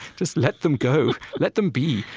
just let them go. let them be.